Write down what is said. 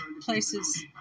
places